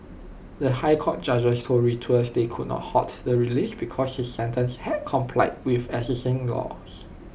the High Court judges told Reuters they could not halt the release because his sentence had complied with existing laws